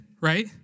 right